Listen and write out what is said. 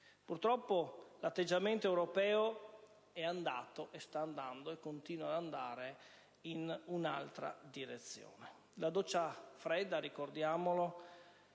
Purtroppo l'atteggiamento europeo è andato, sta andando e continua ad andare in un'altra direzione.